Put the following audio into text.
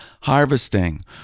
harvesting